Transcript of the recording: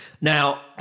Now